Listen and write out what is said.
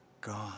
God